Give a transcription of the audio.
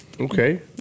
okay